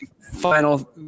final